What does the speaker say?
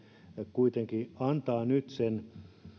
kuitenkin antaa nyt sen